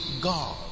God